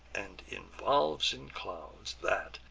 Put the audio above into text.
and involves in clouds, that,